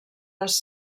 les